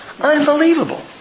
Unbelievable